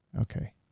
Okay